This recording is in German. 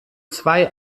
zwei